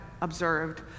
observed